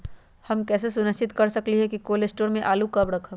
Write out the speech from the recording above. हम कैसे सुनिश्चित कर सकली ह कि कोल शटोर से आलू कब रखब?